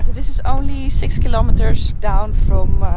this is only six kilometers down from